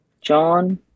john